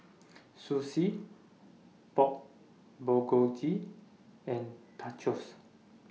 Sushi Pork Bulgogi and Tacos